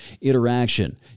interaction